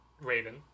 Raven